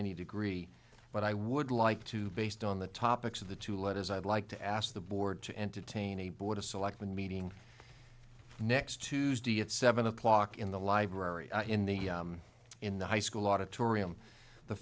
any degree but i would like to based on the topics of the two let is i'd like to ask the board to entertain a board of selectmen meeting next tuesday at seven o'clock in the library in the in the high school auditorium the